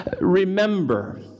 Remember